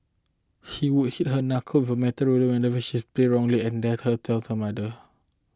he would hit her knuckle with a metal ruler she's played wrongly and dared her tell her mother